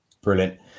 Brilliant